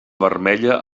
vermella